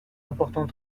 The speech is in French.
important